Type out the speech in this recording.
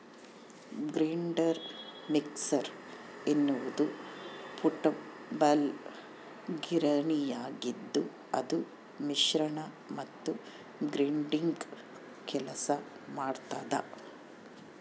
grinder mixer ಎನ್ನುವುದು portable ಗಿರಣಿಯಾಗಿದ್ದುಅದು ಮಿಶ್ರಣ ಮತ್ತು ಗ್ರೈಂಡಿಂಗ್ ಕೆಲಸ ಮಾಡ್ತದ